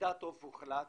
הוחלט